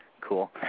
Cool